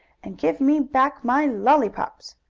and give me back my lollypops!